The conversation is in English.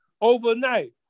overnight